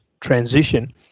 transition